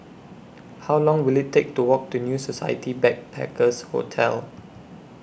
How Long Will IT Take to Walk to New Society Backpackers' Hotel